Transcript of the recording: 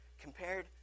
compared